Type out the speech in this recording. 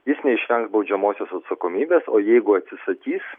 jis neišvengs baudžiamosios atsakomybės o jeigu atsisakys